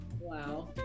Wow